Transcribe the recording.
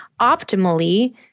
optimally